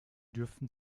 dürften